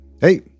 Hey